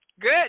Good